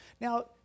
Now